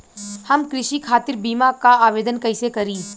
हम कृषि खातिर बीमा क आवेदन कइसे करि?